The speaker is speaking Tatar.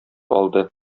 алды